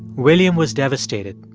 william was devastated.